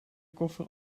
koffer